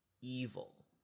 Evil